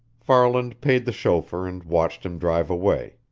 farland paid the chauffeur and watched him drive away,